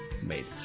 made